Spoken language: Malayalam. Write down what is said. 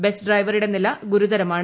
ബസ് ഡ്രൈവറുടെ നില ഗുരുതരമാണ്